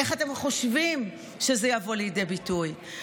איך אתם חושבים שזה יבוא לידי ביטוי?